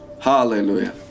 Hallelujah